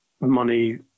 money